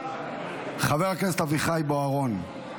חבר הכנסת אביחי בוארון,